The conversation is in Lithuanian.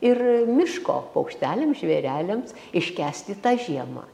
ir miško paukšteliam žvėreliams iškęsti tą žiemą